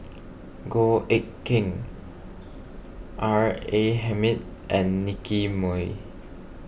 Goh Eck Kheng R A Hamid and Nicky Moey